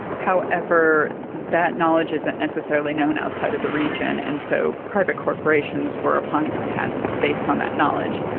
however, that knowledge isn't necessarily known outside of the region, and so private corporations were applying for patents based on that knowledge.